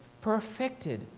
perfected